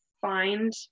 find